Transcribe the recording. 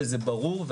וזה ברור,